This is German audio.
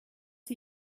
sie